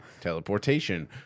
teleportation